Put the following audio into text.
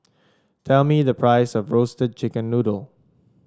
tell me the price of Roasted Chicken Noodle